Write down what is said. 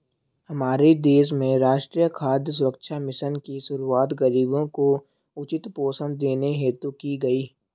हमारे देश में राष्ट्रीय खाद्य सुरक्षा मिशन की शुरुआत गरीबों को उचित पोषण देने हेतु की गई